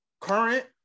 current